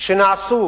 שנעשו